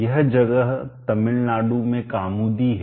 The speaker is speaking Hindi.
यह जगह तमिलनाडु में कामुदी है